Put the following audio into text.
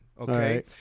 Okay